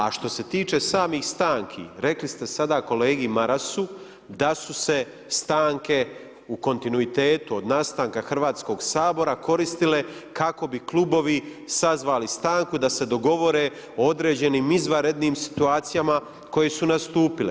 A što se tiče samih stanki, rekli ste sada kolegi Marasu, da su se stanke u kontinuitetu od nastanka Hrvatskog sabora koristile kako bi klubovi sazvali stanku da se dogovore o određenim izvanrednim situacijama koje su nastupile.